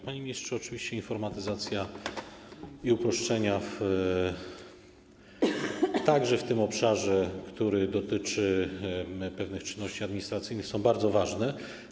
Panie ministrze, oczywiście informatyzacja i uproszczenia także w tym obszarze, który dotyczy pewnych czynności administracyjnych, są bardzo ważne.